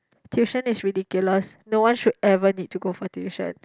tuition is ridiculous no one should ever need to go for tuition